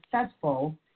successful